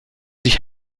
sich